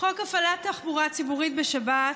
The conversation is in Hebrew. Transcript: חוק הפעלת תחבורה ציבורית בשבת,